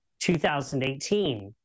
2018